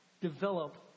develop